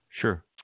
Sure